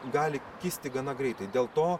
gali kisti gana greitai dėl to